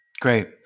Great